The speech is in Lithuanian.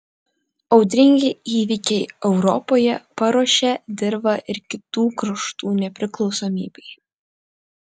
audringi įvykiai europoje paruošė dirvą ir kitų kraštų nepriklausomybei